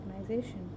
organization